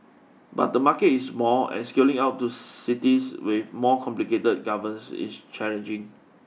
but the market is small and scaling out to cities with more complicated governance is challenging